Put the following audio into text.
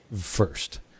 first